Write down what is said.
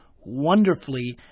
Wonderfully